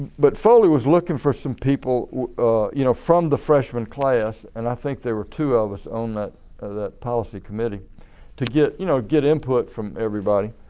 but foley was looking for some people you know from the freshman class and i think there were two of us on that ah that policy committee to get you know get input from everybody.